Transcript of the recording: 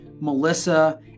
Melissa